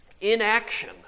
inaction